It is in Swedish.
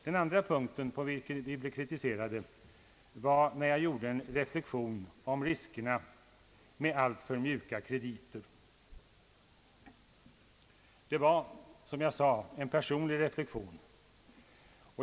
Den andra punkt på vilken vi blev kritiserade gällde min reflexion om riskerna med alltför mjuka krediter. Det var, som jag sade, en personlig reflexion.